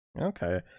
Okay